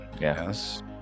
Yes